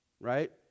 right